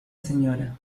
sra